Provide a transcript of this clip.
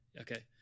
okay